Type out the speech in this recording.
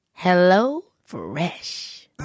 HelloFresh